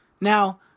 Now